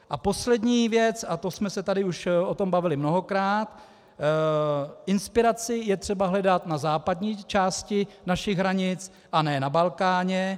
A poslední věc, a o tom jsme se tady už bavili mnohokrát, inspiraci je třeba hledat na západní části našich hranic, a ne na Balkáně.